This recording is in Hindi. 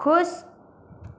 खुश